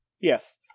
Yes